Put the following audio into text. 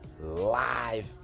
live